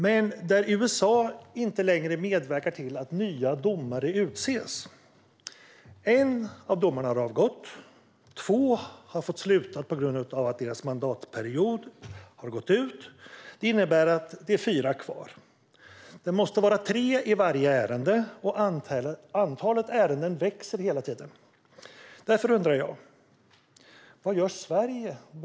Men USA medverkar inte längre till att nya domare utses. En av domarna har avgått, och två har fått sluta på grund av att deras mandatperiod är slut. Det innebär att det är fyra kvar. Det måste vara tre i varje ärende, och antalet ärenden ökar hela tiden. Därför undrar jag vad Sverige gör.